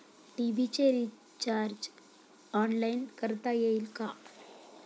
TV चे recharge online करता येईल का?